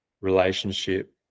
relationship